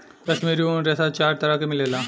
काश्मीरी ऊनी रेशा चार तरह के मिलेला